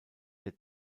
der